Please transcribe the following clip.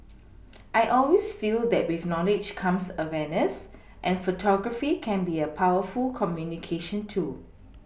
I always feel that with knowledge comes awareness and photography can be a powerful communication tool